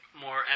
more